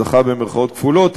זכה במירכאות כפולות,